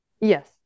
Yes